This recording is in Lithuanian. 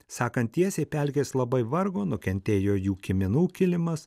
sakant tiesiai pelkės labai vargo nukentėjo jų kiminų kilimas